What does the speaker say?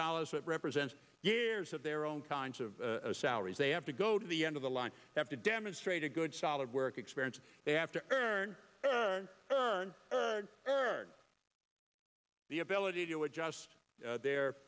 dollars that represents years of their own kinds of salaries they have to go to the end of the line have to demonstrate a good solid work experience they have to earn earn erd the ability to adjust their